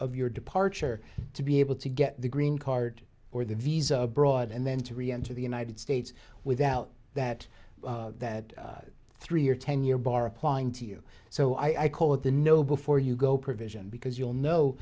of your departure to be able to get the green card or the visa abroad and then to reenter the united states without that that three year ten year bar applying to you so i call it the no before you go provision because you'll know